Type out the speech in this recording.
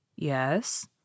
Yes